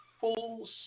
full